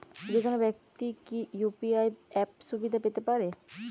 যেকোনো ব্যাক্তি কি ইউ.পি.আই অ্যাপ সুবিধা পেতে পারে?